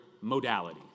modality